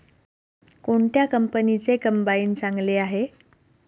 कोणत्या कंपनीचे कंबाईन चांगले आहे?